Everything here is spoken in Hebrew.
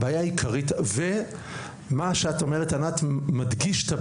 הבעיה העיקרית ומה שאת אומרת ענת מדגיש את הבעיה,